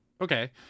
Okay